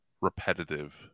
repetitive